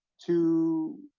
to